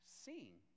seeing